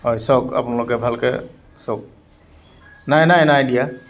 হয় চাওক আপোনলোকে ভালকৈ চাওক নাই নাই নাই দিয়া